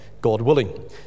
God-willing